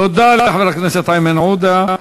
תודה לחבר הכנסת איימן עודה.